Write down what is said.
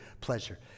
pleasure